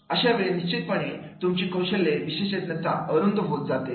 अशावेळी निश्चितपणे तुमची कौशल्य विशेषज्ञता अरुंद होत जाते